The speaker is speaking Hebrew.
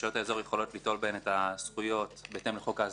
שרשויות האזור יכולות ליטול בהן את הזכויות בהתאם לחוק הסדרה.